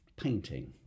painting